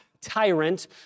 tyrant